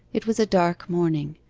it was a dark morning,